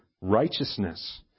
righteousness